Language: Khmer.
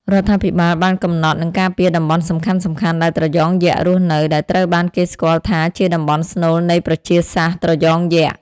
រាជរដ្ឋាភិបាលបានកំណត់ និងការពារតំបន់សំខាន់ៗដែលត្រយងយក្សរស់នៅ ដែលត្រូវបានគេស្គាល់ថាជាតំបន់ស្នូលនៃប្រជាសាស្ត្រត្រយងយក្ស។